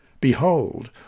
behold